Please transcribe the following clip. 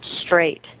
straight